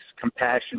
compassion